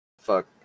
Fuck